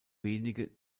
wenige